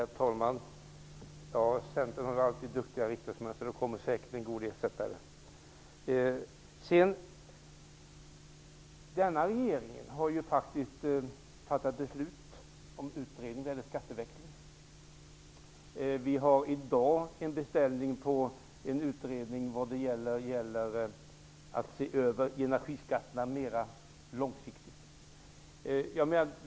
Herr talman! Centern har alltid haft duktiga riksdagsmän, så det kommer säkert en god ersättare. Denna regering har faktiskt fattat beslut om utredning om skatteväxling. Vi har i dag en beställning på en utredning för att se över energiskatterna mera långsiktigt.